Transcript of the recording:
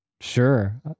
sure